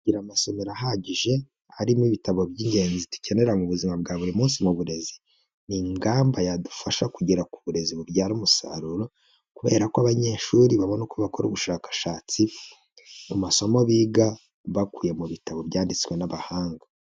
Kugira amasomero ahagije arimo ibitabo by'ingenzi dukenera mu buzima bwa buri munsi mu burezi, ni ingamba yadufasha kugera ku burezi bubyara umusaruro, kubera ko abanyeshuri babona uko bakora ubushakashatsi mu masomo biga bakuye mu bitabo byanditswe n'abahanga.